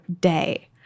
day